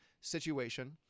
situation